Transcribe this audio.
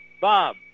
Bob